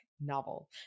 novel